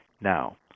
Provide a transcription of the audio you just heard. Now